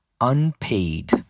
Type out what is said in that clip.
unpaid